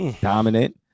dominant